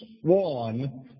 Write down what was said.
one